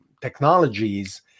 technologies